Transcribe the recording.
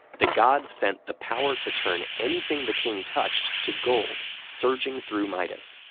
the god sent the power to turn anything the king touched to gold surging through midas.